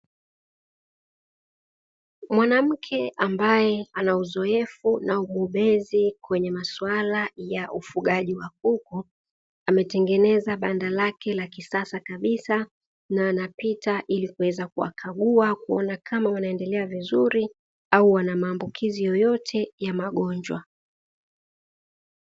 Mwanamke ambaye ana uzoefu na ubobezi kwenye masuala ya ufugaji wa kuku, ametengeneza banda lake la kisasa Kabisa, na anapita ili kuweza kuwakagua kuona kama wanaendelea vizuri au wana maambukizi yoyote ya magonjwa.